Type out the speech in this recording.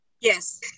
Yes